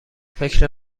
فکر